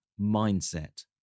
mindset